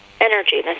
energy